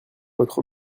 votre